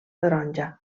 taronja